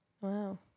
Wow